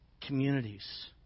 Communities